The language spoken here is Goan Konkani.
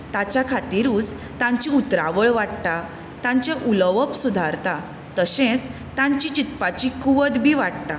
तांच्या खातीरूच तांची उतरावळ वाडटा तांचें उलोवप सुदारता तशेंच तांची चिंतपाची बी वाडटा